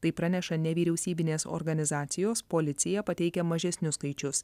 tai praneša nevyriausybinės organizacijos policija pateikia mažesnius skaičius